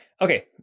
Okay